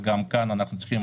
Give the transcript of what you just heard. גם כאן אנחנו צריכים